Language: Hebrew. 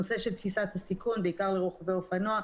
הנושא של תפיסת הסיכון בעיקר לרוכבי אופנוע,